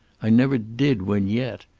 i never did win yet.